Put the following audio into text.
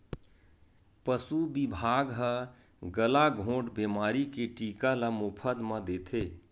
पसु बिभाग ह गलाघोंट बेमारी के टीका ल मोफत म देथे